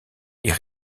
est